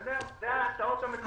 אלה ההצעות המקוריות.